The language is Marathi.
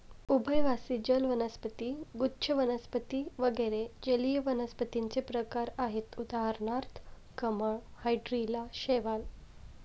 उभयवासी जल वनस्पती, गुच्छ वनस्पती वगैरे जलीय वनस्पतींचे प्रकार आहेत उदाहरणार्थ कमळ, हायड्रीला, शैवाल